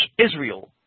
Israel